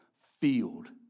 field